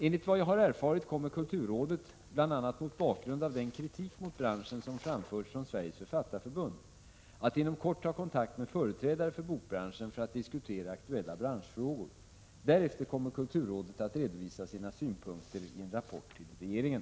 Enligt vad jag har erfarit kommer kulturrådet — bl.a. mot bakgrund av den kritik mot branschen som framförts från Sveriges författarförbund — att inom kort ta kontakt med företrädare för bokbranschen för att diskutera aktuella branschfrågor. Därefter kommer kulturrådet att redovisa sina synpunkter i en rapport till regeringen.